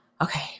okay